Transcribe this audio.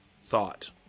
thought